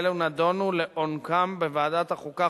ואלו נדונו לעומקן בוועדת החוקה,